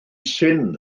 syn